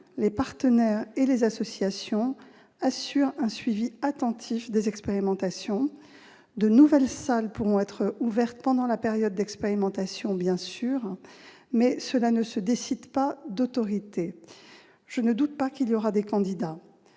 les partenaires et les associations assure un suivi attentif des expérimentations. De nouvelles salles pourront être ouvertes pendant la période d'expérimentation, bien sûr, mais cela ne se décide pas d'autorité. Je ne doute toutefois pas qu'il y aura des candidats.